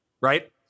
Right